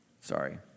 Sorry